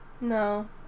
No